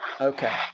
Okay